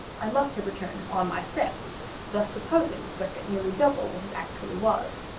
i must have returned upon my steps thus supposing the circuit nearly double what it actually was.